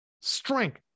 strength